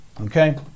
Okay